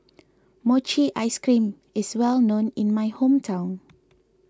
Mochi Ice Cream is well known in my hometown